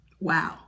Wow